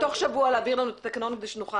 תוך שבוע להעביר לנו את התקנון כדי שנוכל